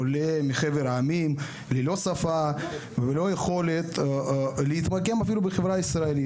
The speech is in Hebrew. עולה מחבר העמים ללא שפה וללא יכולת להתמקם אפילו בחברה הישראלית.